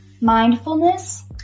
Mindfulness